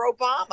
Obama